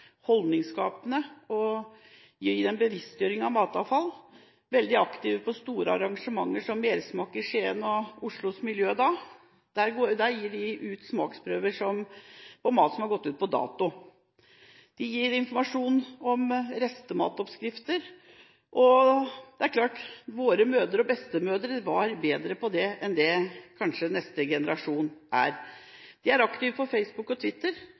holdningsskapende og gir en bevisstgjøring av matavfall, og de er veldig aktive på store arrangementer, som Mersmak i Skien og Oslos miljødag, der de gir ut smaksprøver på mat som er gått ut på dato. De gir informasjon om restematoppskrifter. Det er klart at våre mødre og bestemødre var bedre på det enn kanskje neste generasjon. De er aktive på Facebook og Twitter